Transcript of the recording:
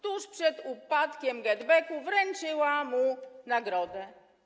Tuż przed upadkiem GetBacku wręczyła mu nagrodę.